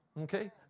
Okay